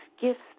gifts